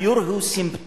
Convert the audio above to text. הדיור הוא סימפטום.